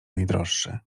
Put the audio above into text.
najdroższy